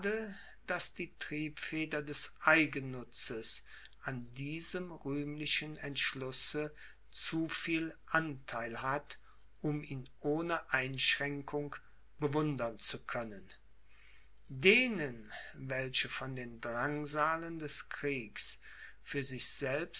daß die triebfeder des eigennutzes an diesem rühmlichen entschlusse zu viel antheil hat um ihn ohne einschränkung bewundern zu können denen welche von den drangsalen des kriegs für sich selbst